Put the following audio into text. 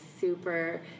super